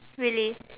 really